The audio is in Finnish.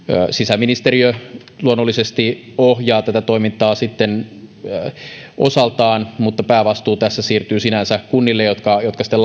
sisäministeriö luonnollisesti ohjaa tätä toimintaa sitten osaltaan mutta päävastuu tässä siirtyy sinänsä kunnille jotka jotka sitten